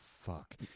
fuck